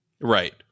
Right